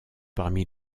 parmi